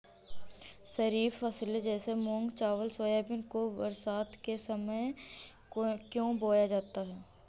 खरीफ फसले जैसे मूंग चावल सोयाबीन को बरसात के समय में क्यो बोया जाता है?